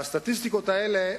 והסטטיסטיקות האלה,